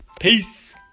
peace